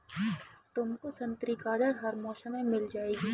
तुमको संतरी गाजर हर मौसम में मिल जाएगी